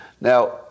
Now